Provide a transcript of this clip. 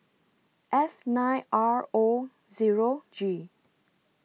F nine R O Zero G